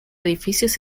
edificios